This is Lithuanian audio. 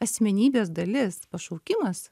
asmenybės dalis pašaukimas